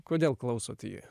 kodėl klausot jį